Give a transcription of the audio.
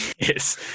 Yes